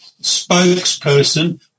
spokesperson